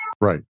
Right